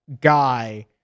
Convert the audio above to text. guy